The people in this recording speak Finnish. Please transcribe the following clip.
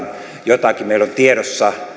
jotakin meillä on tiedossa